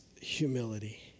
humility